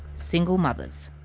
single mothers.